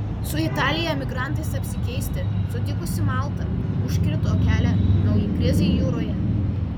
su italija migrantais apsikeisti sutikusi malta užkirto kelią naujai krizei jūroje